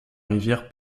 rivière